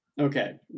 Okay